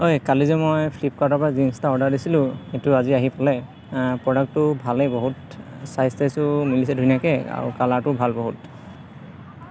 ঐ কালি যে মই ফ্লিপকাৰ্টৰপৰা জিনচ এটা অৰ্ডাৰ দিছিলোঁ সেইটো আজি আহি পালে প্ৰডাক্টটো ভালেই বহুত ছাইজ টাইজো মিলিছে ধুনীয়াকৈ আৰু কালাৰটোও ভাল বহুত